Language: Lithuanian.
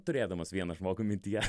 turėdamas vieną žmogų mintyje